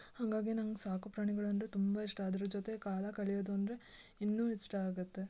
ಹಾಗಾಗಿ ನಂಗೆ ಸಾಕು ಪ್ರಾಣಿಗಳಂದರೆ ತುಂಬ ಇಷ್ಟ ಅದ್ರ ಜೊತೆ ಕಾಲ ಕಳೆಯೋದು ಅಂದರೆ ಇನ್ನೂ ಇಷ್ಟ ಆಗುತ್ತೆ